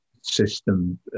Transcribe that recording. system